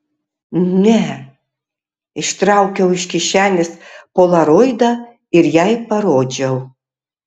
ne ištraukiau iš kišenės polaroidą ir jai parodžiau